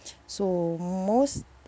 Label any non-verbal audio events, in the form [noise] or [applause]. [breath] so most